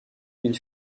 une